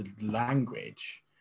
language